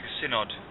Synod